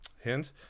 hint –